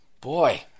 Boy